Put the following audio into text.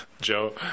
Joe